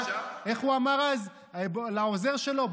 איך הוא אמר אז לעוזר שלו?